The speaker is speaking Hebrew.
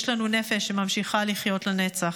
יש לנו נפש שממשיכה לחיות לנצח.